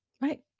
Right